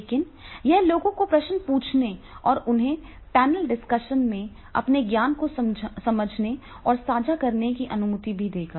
लेकिन यह लोगों को प्रश्न पूछने और उन्हें पैनल डिस्कशन में अपने ज्ञान को समझने और साझा करने की अनुमति भी देगा